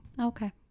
okay